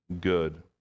good